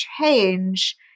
change